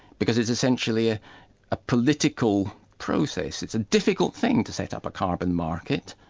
because it's essentially ah a political process, it's a difficult thing to set up a carbon market,